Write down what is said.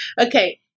okay